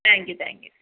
thank you thank you